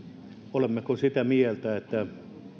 olemmeko sitä mieltä että